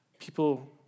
People